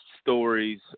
stories